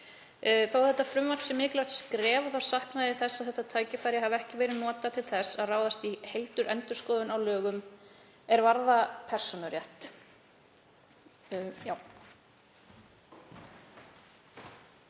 að þetta frumvarp sé mikilvægt skref þá sakna ég þess að þetta tækifæri hafi ekki verið notað til þess að ráðast í heildarendurskoðun á lögum er varða persónurétt.